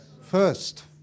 first